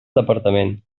departament